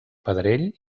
pedrell